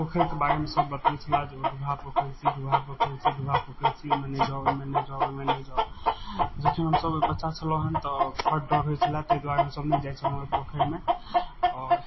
पोखरिके बारेमे सब बतबै छलए जे ढुआ पोखरि छी ढुआ पोखरि छी ढुआ पोखरि मे नहि जाउ ओहिमे नहि जाउ ओहिमे नहि जाउ जखन हमसब बच्चा छलहुॅं हँ तऽ बड डर होइ छलए ताहि दुआरे हमसब नहि जाइ छलहुॅं पोखरिमे आओर